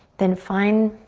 then find